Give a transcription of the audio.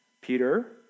Peter